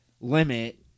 limit